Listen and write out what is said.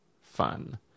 fun